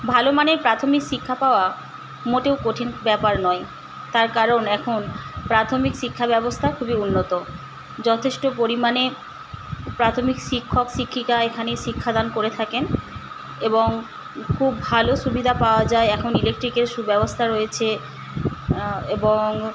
ভালো মানের প্রাথমিক শিক্ষা পাওয়া মোটেও কঠিন ব্যাপার নয় তার কারণ এখন প্রাথমিক শিক্ষা ব্যবস্থা খুবই উন্নত যথেষ্ট পরিমাণে প্রাথমিক শিক্ষক শিক্ষিকা এখানে শিক্ষাদান করে থাকেন এবং খুব ভালো সুবিধা পাওয়া যায় এখন ইলেকট্রিকের সুব্যবস্থা রয়েছে এবং